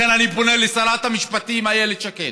לכן אני פונה לשרת המשפטים איילת שקד